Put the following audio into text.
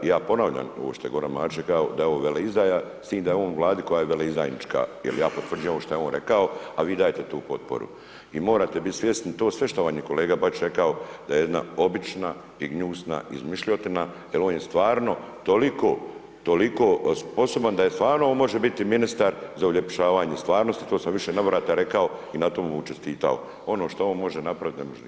Ja ponavljam ovo što je Goran Marić rekao da je ovo veleizdaja s tim da je on u Vladi koja je veleizdajnička jel ja potvrđujem ovo što je on rekao, a vi dajete tu potporu i morate bit svjesni, to sve što vam je kolega Bačić rekao da je jedna obična i gnjusna izmišljotina jel on je stvarno toliko, toliko sposoban da je stvarno on može biti ministar za uljepšavanje stvarnosti, to sam u više navrata rekao i na tomu mu čestitao, ono što on može napravit, ne može nitko.